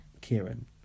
Kieran